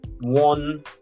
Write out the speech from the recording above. one